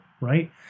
right